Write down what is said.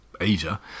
Asia